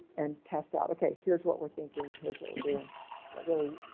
and test out ok, here's what we're thinking. here's what we're doing, but really,